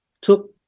took